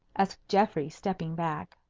asked geoffrey, stepping back.